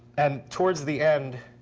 and towards the end,